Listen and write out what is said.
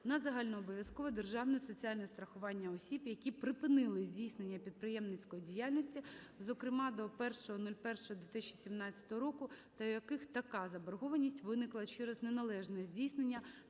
на загальнообов'язкове державне соціальне страхування осіб, які припинили здійснення підприємницької діяльності (зокрема до 01.01.2017 року), та у яких така заборгованість виникла через неналежне здійснення